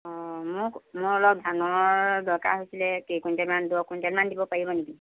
অঁ মোক মই অলপ ধানৰ দৰকাৰ হৈছিলে কেই কুইণ্টেল মান দহ কুইণ্টেলমান দিব পাৰিব নেকি